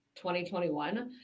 2021